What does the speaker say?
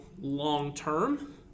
long-term